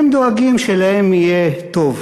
הם דואגים שלהם יהיה טוב,